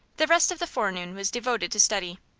the rest of the forenoon was devoted to study.